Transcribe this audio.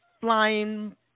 flying